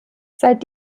seit